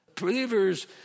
Believers